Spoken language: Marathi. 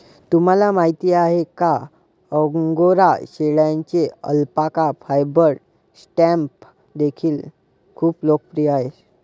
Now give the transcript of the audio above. तुम्हाला माहिती आहे का अंगोरा शेळ्यांचे अल्पाका फायबर स्टॅम्प देखील खूप लोकप्रिय आहेत